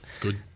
Good